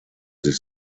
sich